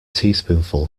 teaspoonsful